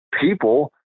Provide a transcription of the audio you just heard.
people